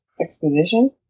Exposition